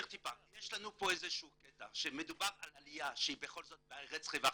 יש לנו פה איזה שהוא קטע שמדובר על עליה שהיא בכל זאת ארץ רווחה,